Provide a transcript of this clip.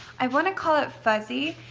i wanna call it fuzzy,